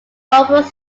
holbrook